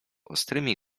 ostrymi